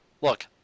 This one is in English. Look